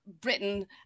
Britain